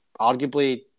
arguably